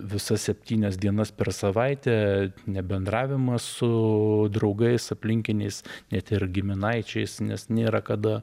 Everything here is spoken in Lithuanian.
visas septynias dienas per savaitę nebendravimas su draugais aplinkiniais net ir giminaičiais nes nėra kada